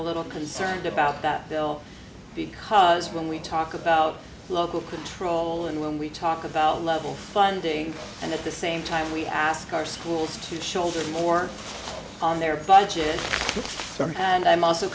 a little concerned about that bill because when we talk about local control and when we talk about level funding and at the same time we ask our schools to shoulder more on their budget somehow and i'm also